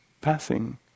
passing